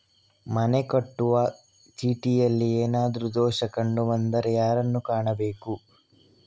ಮನೆಗೆ ಕಟ್ಟುವ ಚೀಟಿಯಲ್ಲಿ ಏನಾದ್ರು ದೋಷ ಕಂಡು ಬಂದರೆ ಯಾರನ್ನು ಕಾಣಬೇಕು?